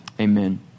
Amen